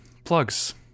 plugs